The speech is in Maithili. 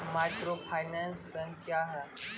माइक्रोफाइनेंस बैंक क्या हैं?